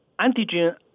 antigen